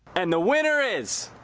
and the winner is.